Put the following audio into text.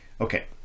Okay